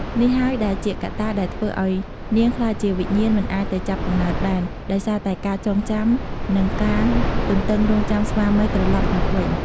នេះហើយដែលជាកត្តាដែលធ្វើឱ្យនាងក្លាយជាវិញ្ញាណមិនអាចទៅចាប់កំណើតបាន ដោយសារតែការចងចាំ និងការទន្ទឹងរង់ចាំស្វាមីត្រឡប់មកវិញ ។